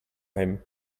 him